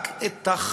רק את החכה,